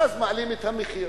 ואז מעלים את המחיר.